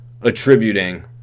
attributing